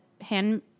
hand